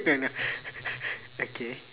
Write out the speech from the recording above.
no no okay